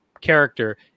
character